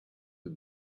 who